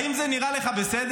האם זה נראה לך בסדר?